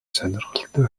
сонирхолтой